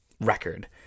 record